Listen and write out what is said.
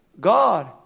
God